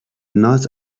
not